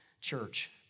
church